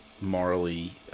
morally